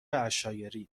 عشایری